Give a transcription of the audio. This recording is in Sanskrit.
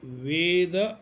वेदः